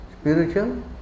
spiritual